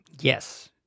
Yes